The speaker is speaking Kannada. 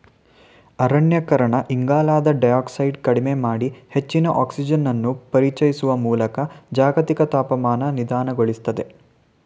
ಅರಣ್ಯೀಕರಣ ಇಂಗಾಲದ ಡೈಯಾಕ್ಸೈಡ್ ಕಡಿಮೆ ಮಾಡಿ ಹೆಚ್ಚಿನ ಆಕ್ಸಿಜನನ್ನು ಪರಿಚಯಿಸುವ ಮೂಲಕ ಜಾಗತಿಕ ತಾಪಮಾನ ನಿಧಾನಗೊಳಿಸ್ತದೆ